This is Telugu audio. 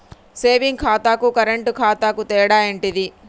సేవింగ్ ఖాతాకు కరెంట్ ఖాతాకు తేడా ఏంటిది?